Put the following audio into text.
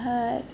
হ্যাঁ